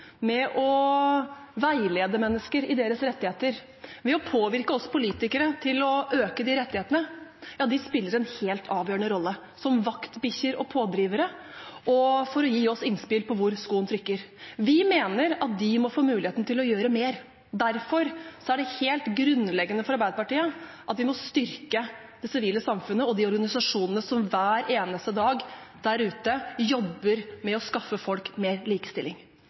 med å veilede mennesker i deres rettigheter, med å påvirke oss politikere til å øke de rettighetene – ja, de spiller en helt avgjørende rolle, som vaktbikkjer og pådrivere og for å gi oss innspill om hvor skoen trykker. Vi mener at de må få muligheten til å gjøre mer. Derfor er det helt grunnleggende for Arbeiderpartiet at vi må styrke det sivile samfunnet og de organisasjonene som hver eneste dag der ute jobber med å skaffe folk mer likestilling.